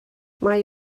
mae